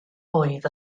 oedd